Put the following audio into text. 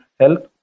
health